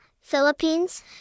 Philippines